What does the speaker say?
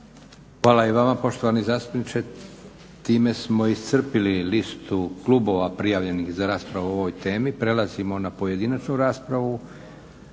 Hvala i vama poštovani zastupniče. Time smo iscrpili listu klubova prijavljenih za raspravu o ovoj temi. Prelazimo na pojedinačnu raspravu